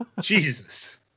Jesus